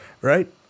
Right